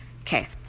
Okay